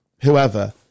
whoever